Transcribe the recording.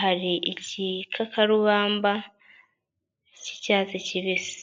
hari igikakarubamba cy'icyatsi kibisi.